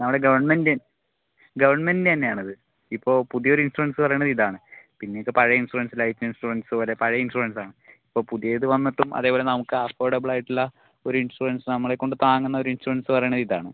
നമ്മടെ ഗവണ്മെന്റ് ഗവണ്മെന്റിൻ്റെ തന്നെയാണ് അത് ഇപ്പോൾ പുതിയൊരു ഇൻഷുറൻസ് പറയണത് ഇതാണ് പിന്നെയൊക്കെ പഴയ ഇൻഷുറൻസ് ലൈഫ് ഇൻഷുറൻസ് പോലെ പഴയ ഇൻഷുറൻസ് ആണ് ഇപ്പോൾ പുതിയത് വന്നിട്ടും അതേപോലെ നമുക്ക് അഫോർഡബിൾ ആയിട്ടുള്ള ഒര് ഇൻഷുറൻസ് നമ്മളെ കൊണ്ട് താങ്ങുന്ന ഒര് ഇൻഷുറൻസെന്ന് പറയണത് ഇതാണ്